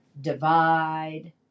divide